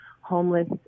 homeless